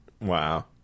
Wow